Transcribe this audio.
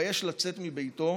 שהתבייש לצאת מביתו